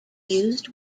used